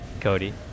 Cody